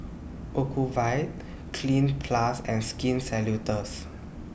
Ocuvite Cleanz Plus and Skin